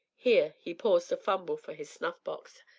here he paused to fumble for his snuff-box,